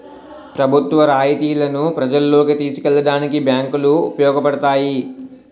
ప్రభుత్వ రాయితీలను ప్రజల్లోకి తీసుకెళ్లడానికి బ్యాంకులు ఉపయోగపడతాయి